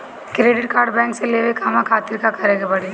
Credit card bank से लेवे कहवा खातिर का करे के पड़ी?